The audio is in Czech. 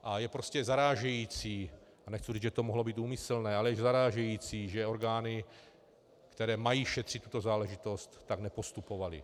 A je prostě zarážející, nechci říct, že to mohlo být úmyslné, ale je zarážející, že orgány, které mají šetřit tuto záležitost, tak nepostupovaly.